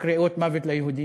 קריאות "מוות ליהודים".